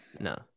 no